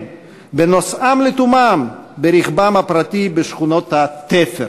בנוסעם לתומם ברכבם הפרטי בשכונות התפר,